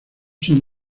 son